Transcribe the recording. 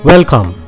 Welcome